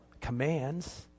commands